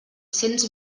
cents